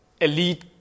elite